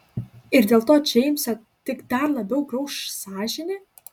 ir dėl to džeimsą tik dar labiau grauš sąžinė